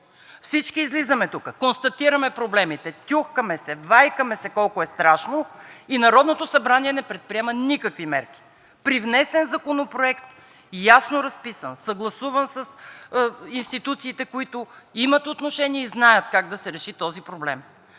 Всички излизаме тук, констатираме проблемите, тюхкаме се, вайкаме се колко е страшно и Народното събрание не предприема никакви мерки. При внесен законопроект – ясно разписан, съгласуван с институциите, които имат отношение и знаят как да се реши този проблем.